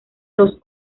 dos